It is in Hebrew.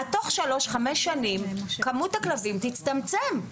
תוך 3-5 שנים כמות הכלבים תצטמצם.